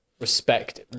respect